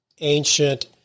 ancient